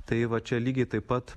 tai va čia lygiai taip pat